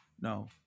no